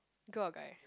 girl or guy